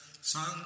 sun